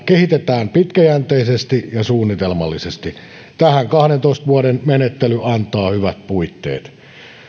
kehitetään pitkäjänteisesti ja suunnitelmallisesti tähän kahdentoista vuoden menettely antaa hyvät puitteet